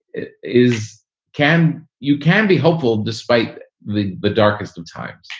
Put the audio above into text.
it is can you can be hopeful despite the the darkest of times